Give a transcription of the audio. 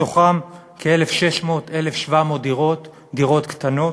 מתוכן 1,600 1,700 דירות, דירות קטנות,